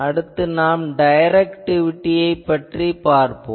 அடுத்து நாம் டைரக்டிவிட்டியை அளவிடுவோம்